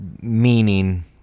meaning –